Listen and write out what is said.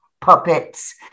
puppets